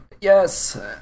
Yes